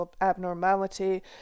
abnormality